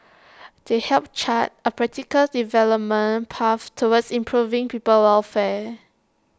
they help chart A practical development path towards improving people's welfare